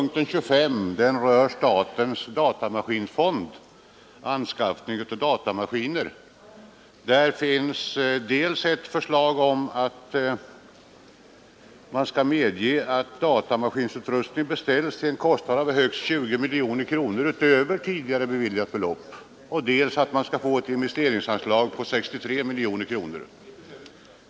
Herr talman! Kungl. Maj:t har föreslagit riksdagen att dels medge att datamaskinutrustning beställs till en kostnad av — utöver tidigare medgivet belopp — högst 20 miljoner kronor, dels anvisa ett investeringsanslag av 63 miljoner kronor.